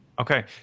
okay